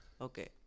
Okay